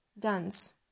guns